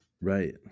Right